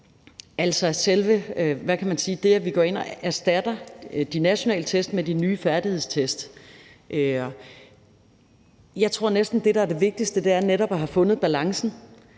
det, at vi går ind og erstatter de nationale test med de nye færdighedstest – sige, at jeg næsten tror, at det, der er det vigtigste, netop er at have fundet balancen.